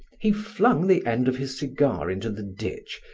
he flung the end of his cigar into the ditch,